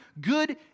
good